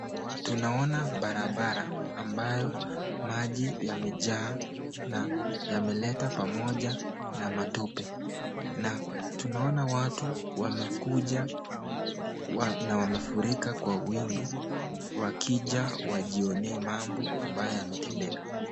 Tunaona barabara ambayo maji yamejaa na yameleta pamoja na matope na tunaona watu wamekuja na wamefurika kwa wingi wakija wajionee mambo ambayo yametendeka.